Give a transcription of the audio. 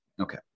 Okay